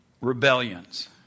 rebellions